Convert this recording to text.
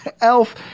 Elf